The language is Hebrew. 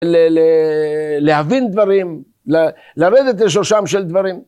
ל... להבין דברים, לרדת לשורשם של דברים.